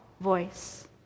voice